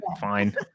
fine